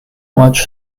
watch